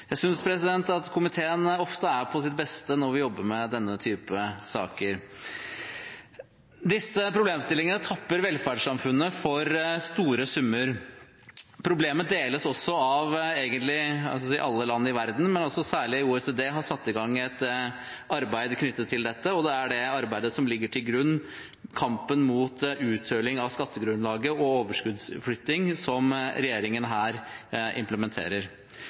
Jeg synes at komiteen ofte er på sitt beste når vi jobber med denne type saker. Disse problemstillingene fører til at velferdssamfunnet tappes for store summer. Problemet deles egentlig av alle land i verden, men særlig OECD har satt i gang et arbeid knyttet til dette, og det er det arbeidet som ligger til grunn – kampen mot uthuling av skattegrunnlaget og overskuddsflytting – som regjeringen her implementerer.